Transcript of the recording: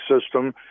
system